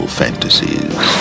fantasies